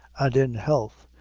and in health,